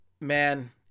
man